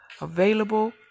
available